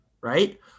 right